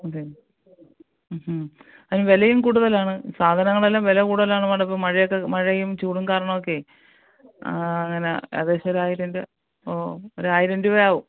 അതെ അതിന് വിലയും കൂടുതലാണ് സാധനങ്ങളെല്ലാം വില കൂടുതലാണ് മേടം ഇപ്പോൾ മഴയൊക്കെ മഴയും ചൂടും കാരണോക്കേയ് ആ അങ്ങനെ ഏകദേശം ഒരായിരം രൂപ ഓ ഒരായിരം രൂപയാവും